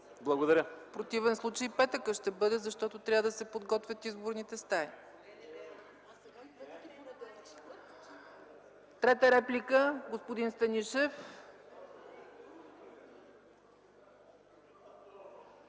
ЦАЧЕВА: В противен случай ще бъде петъкът, защото трябва да се подготвят изборните стаи. Трета реплика – господин Станишев.